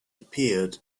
appeared